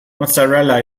mozzarella